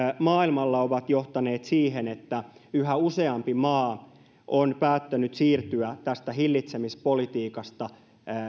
maailmalla ovat johtaneet siihen että yhä useampi maa on päättänyt siirtyä tästä hillitsemispolitiikasta